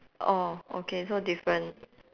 orh okay so different